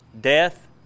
death